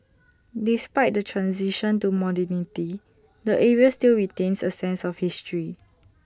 despite the transition to modernity the area still retains A sense of history